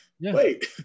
wait